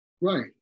Right